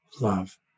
love